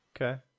okay